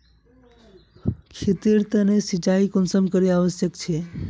खेतेर तने सिंचाई कुंसम करे आवश्यक छै?